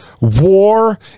war